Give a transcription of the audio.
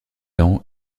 ans